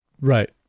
right